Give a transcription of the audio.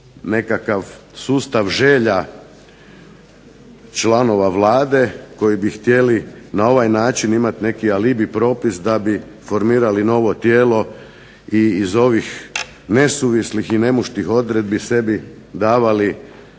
nekakav sustav želja članova Vlade koji bi na ovaj način željeli imati alibi propis da bi formirali novo tijelo i iz ovih nesuvislih i … odredbi sebi davali